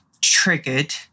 triggered